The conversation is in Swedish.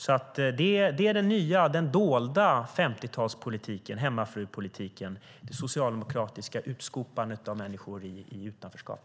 Det är den nya - den dolda 50-talspolitiken - hemmafrupolitiken, där Socialdemokraterna försätter människor i utanförskap.